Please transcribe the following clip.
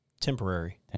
temporary